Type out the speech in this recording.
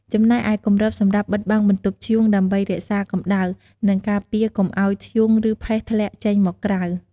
ចំណែកឯ គម្រប សម្រាប់បិទបាំងបន្ទប់ធ្យូង ដើម្បីរក្សាកម្ដៅ និងការពារកុំឲ្យធ្យូង ឬផេះធ្លាក់ចេញមកក្រៅ។